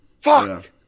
fuck